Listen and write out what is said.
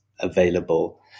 available